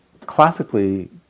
classically